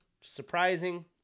Surprising